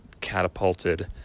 catapulted